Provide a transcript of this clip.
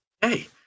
Hey